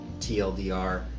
TLDR